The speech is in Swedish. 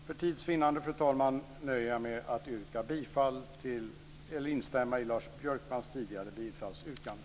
För tids vinnande, fru talman, nöjer jag mig med att instämma i Lars Björkmans tidigare bifallsyrkande.